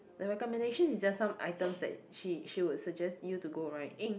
the recommendation is just some items that she she would suggest you to go right